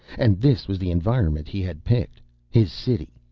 and this was the environment he had picked his city,